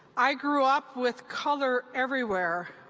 i grew up with color everywhere.